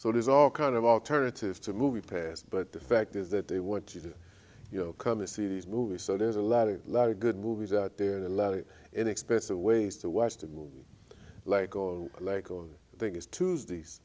so there's all kind of alternative to movie pass but the fact is that they want you to come and see these movies so there's a lot a lot of good movies out there and a lot of inexpensive ways to watch the movie like or like on thing is tuesdays